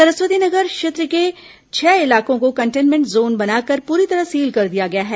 सरस्वती नगर क्षेत्र के छह इलाकों को कंटनमेंट जोन बना कर पूरी तरह सील कर दिया गया है